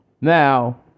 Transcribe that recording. Now